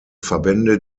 verbände